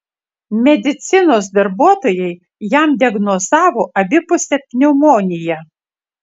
medicinos darbuotojai jam diagnozavo abipusę pneumoniją